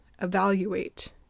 evaluate